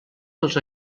dels